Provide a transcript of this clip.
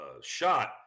shot